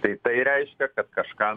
tai tai reiškia kad kažką